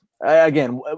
again